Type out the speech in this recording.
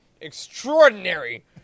extraordinary